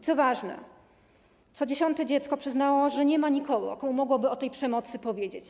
Co ważne, co 10. dziecko przyznało, że nie ma nikogo, komu mogłoby o tej przemocy powiedzieć.